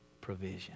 provision